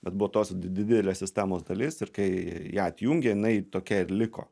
bet buvo tos didelės sistemos dalis ir kai ją atjungė jinai tokia ir liko